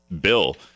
bill